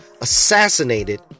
assassinated